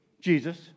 Jesus